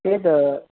त्यही त